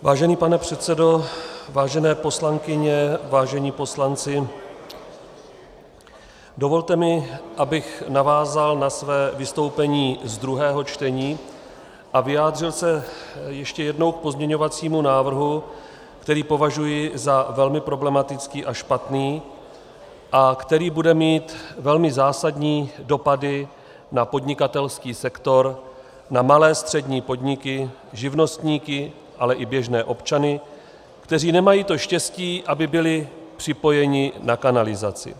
Vážený pane předsedo, vážené poslankyně, vážení poslanci, dovolte mi, abych navázal na své vystoupení z druhého čtení a vyjádřil se ještě jednou k pozměňovacímu návrhu, který považuji za velmi problematický a špatný a který bude mít velmi zásadní dopady na podnikatelský sektor, na malé a střední podniky, živnostníky, ale i běžné občany, kteří nemají to štěstí, aby byli připojeni na kanalizaci.